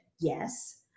Yes